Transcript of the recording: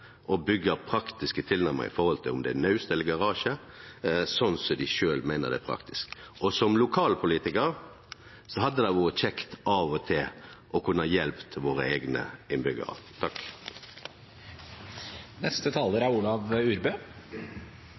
å byggje der ein sjølv ønskjer å byggje, og å byggje – anten det gjeld naust eller garasje – sånn som dei sjølve meiner det er praktisk. Som lokalpolitikar hadde det vore kjekt av og til å kunne hjelpe eigne